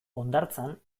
hondartzan